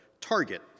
Target